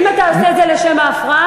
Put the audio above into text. אם אתה עושה את זה לשם ההפרעה,